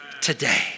today